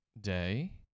day